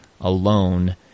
alone